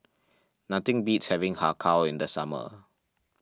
nothing beats having Har Kow in the summer